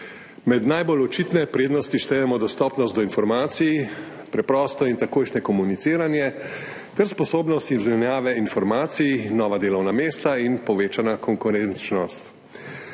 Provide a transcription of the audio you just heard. Med najbolj očitne prednosti štejemo dostopnost do informacij, preprosto in takojšnje komuniciranje ter sposobnost izmenjave informacij, nova delovna mesta in povečano konkurenčnost.